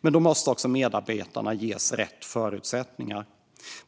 men då måste också medarbetarna ges rätt förutsättningar.